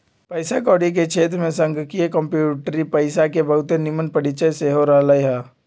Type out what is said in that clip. पइसा कौरी के क्षेत्र में संगणकीय कंप्यूटरी पइसा के बहुते निम्मन परिचय सेहो रहलइ ह